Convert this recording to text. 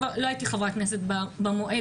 כבר לא הייתי חברת כנסת כשהנשיאה חיות